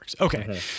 okay